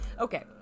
Okay